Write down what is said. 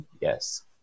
Yes